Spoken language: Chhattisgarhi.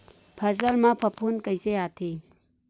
फसल मा फफूंद कइसे आथे?